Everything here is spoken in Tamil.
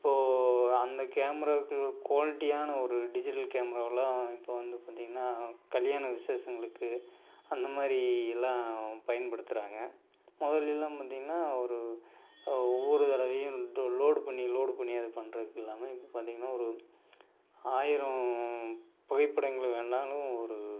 இப்போது அந்த கேமராவுக்கு உள்ள குவாலிட்டியான ஒரு டிஜிட்டல் கேமராவிலாம் இப்போ வந்து பார்த்தீங்கனா கல்யாண விசேஷங்களுக்கு அந்த மாதிரி எல்லாம் பயன்படுத்துகிறாங்க முதலெல்லாம் பார்த்தீங்கனா ஒரு ஒவ்வொரு தடவையும் டொ லோடு பண்ணி லோடு பண்ணி அது பண்ணுறதுக்கு இல்லாமல் இப்போ பார்த்தீங்கனா ஒரு ஆயிரம் புகைப்படங்கள் வேணும்னாலும் ஒரு